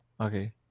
okay